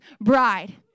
bride